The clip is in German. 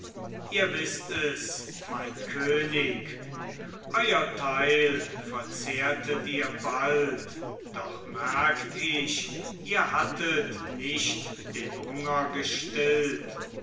ihr wißt es mein könig euer teil verzehrtet ihr bald doch merkt ich ihr hattet nicht den hunger gestillt